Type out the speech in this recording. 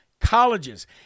Colleges